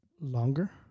longer